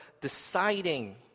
deciding